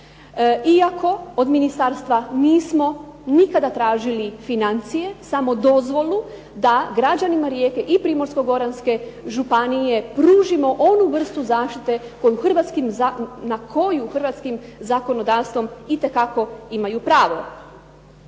iako od ministarstva nismo nikada tražili financije, samo dozvolu da građanima Rijeke i Primorsko-goranske županije pružimo onu vrstu zaštite na koju hrvatskim zakonodavstvom itekako imaju pravo.